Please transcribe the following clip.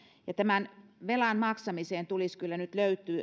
tämän velan maksamiseen tulisi kyllä nyt